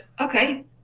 okay